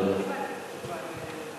לא קיבלתי תשובה.